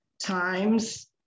times